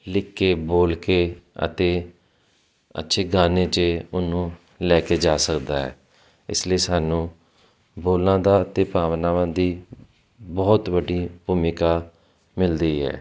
ਲਿਖ ਕੇ ਬੋਲ ਕੇ ਅਤੇ ਅੱਛੇ ਗਾਣੇ 'ਚ ਉਹਨੂੰ ਲੈ ਕੇ ਜਾ ਸਕਦਾ ਹੈ ਇਸ ਲਈ ਸਾਨੂੰ ਬੋਲਾਂ ਦੀ ਅਤੇ ਭਾਵਨਾਵਾਂ ਦੀ ਬਹੁਤ ਵੱਡੀ ਭੂਮਿਕਾ ਮਿਲਦੀ ਹੈ